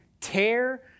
tear